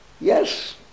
Yes